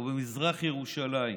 ובמזרח ירושלים.